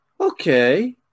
okay